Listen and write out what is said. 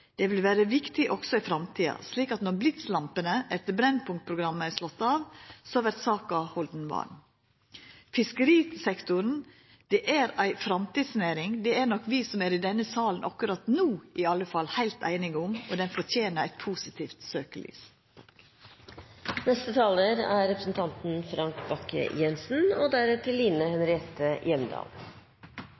det vil vera viktig også i framtida, slik at når blitslampene etter Brennpunkt-programmet er slått av, vert saka halden varm. Fiskerisektoren er ei framtidsnæring. Det er nok vi som er i denne salen akkurat no, i alle fall heilt einige om. Og den fortener eit positivt søkjelys. Først må jeg få takke interpellanten for en viktig interpellasjon. Jeg er enig med representanten